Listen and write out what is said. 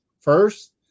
first